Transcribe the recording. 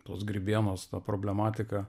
tos grybienos tą problematiką